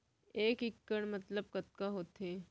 एक इक्कड़ मतलब कतका होथे?